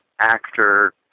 actor